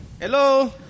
Hello